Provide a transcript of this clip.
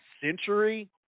century